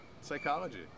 psychology